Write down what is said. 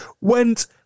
went